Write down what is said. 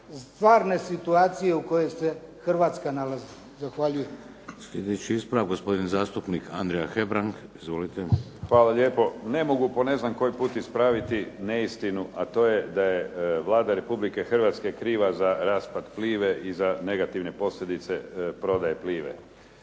stvarne situacije u kojoj se Hrvatska nalazi. Zahvaljujem. **Šeks, Vladimir (HDZ)** Sljedeći ispravak. Gospodin zastupnik Andrija Hebrang. Izvolite. **Hebrang, Andrija (HDZ)** Hvala lijepo. Ne mogu po ne znam koji put ispraviti neistinu, a to je da je Vlada Republike Hrvatske kriva za raspad Plive i za negativne posljedice prodaje Plive.